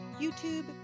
youtube